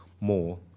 more